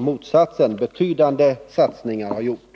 motsatsen. Betydande satsningar har gjorts.